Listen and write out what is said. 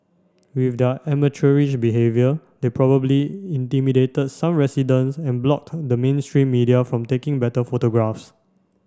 with their amateurish behaviour they probably intimidated some residents and blocked the mainstream media from taking better photographs